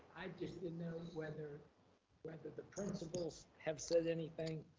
i just didn't know whether whether the principals have said anything